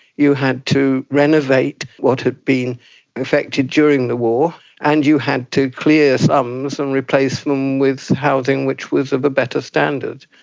you had to renovate what had been affected during the war, and you had to clear slums and replace them with housing which was of a better standard.